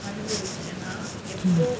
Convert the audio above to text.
mmhmm